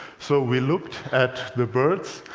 so we looked at the birds,